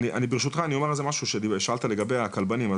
ברשותך אני אומר על זה משהו ששאלת לגבי הכלבנים.